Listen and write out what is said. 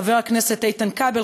חבר הכנסת איתן כבל,